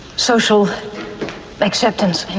social acceptance and